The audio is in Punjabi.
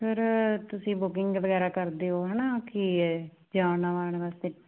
ਸਰ ਤੁਸੀਂ ਬੁਕਿੰਗ ਵਗੈਰਾ ਕਰਦੇ ਹੋ ਹੈ ਨਾ ਕੀ ਅ ਜਾਣ ਆਉਣ ਵਾਲੇ ਵਾਸਤੇ